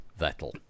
Vettel